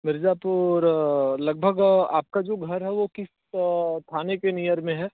मिर्ज़ापुर लगभग आपका जो घर है वो किस थाने के नियर में है